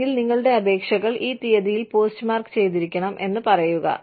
അല്ലെങ്കിൽ നിങ്ങളുടെ അപേക്ഷകൾ ഈ തീയതിയിൽ പോസ്റ്റ്മാർക്ക് ചെയ്തിരിക്കണം എന്ന് പറയുക